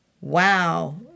wow